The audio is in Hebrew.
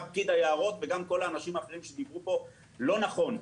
גם פקיד היערות וגם כל האנשים האחרים שדיברו פה לא נכון.